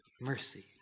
mercy